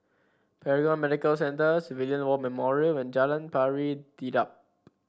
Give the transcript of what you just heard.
Paragon Medical Centre Civilian War Memorial and Jalan Pari Dedap